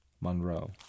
Monroe